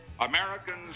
Americans